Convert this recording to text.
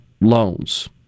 loans